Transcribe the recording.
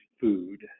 food